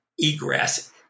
egress